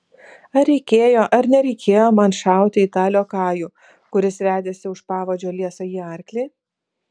ar reikėjo ar nereikėjo man šauti į tą liokajų kuris vedėsi už pavadžio liesąjį arklį